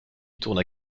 tourna